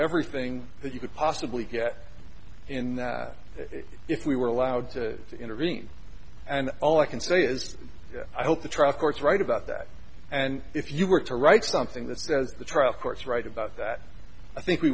everything that you could possibly get in that if we were allowed to intervene and all i can say is i hope the truck courts right about that and if you were to write something that says the trial court's right about that i think we